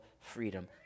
freedom